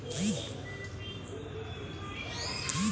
bank रो website पर से जमा पर्ची डाउनलोड करेलो जाय छै